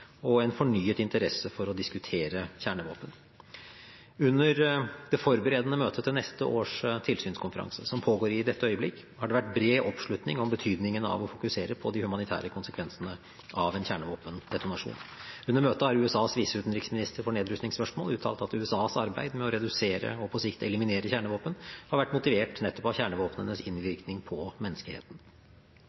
og en fornyet interesse for å diskutere kjernevåpen. Under det forberedende møtet til neste års tilsynskonferanse, som pågår i dette øyeblikk, har det vært bred oppslutning om betydningen av å fokusere på de humanitære konsekvensene av en kjernevåpendetonasjon. Under møtet har USAs viseutenriksminister for nedrustningsspørsmål uttalt at USAs arbeid med å redusere og på sikt eliminere kjernevåpen har vært motivert nettopp av kjernevåpnenes innvirkning på menneskeheten.